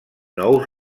nous